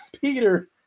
peter